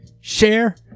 share